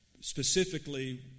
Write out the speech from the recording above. specifically